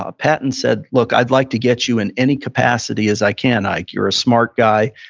ah patton said, look, i'd like to get you in any capacity as i can, ike. you're a smart guy.